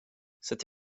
cette